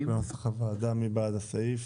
נצביע על הסעיפים בנוסח הוועדה, מי בעד הסעיף?